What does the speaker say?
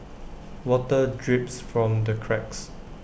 water drips from the cracks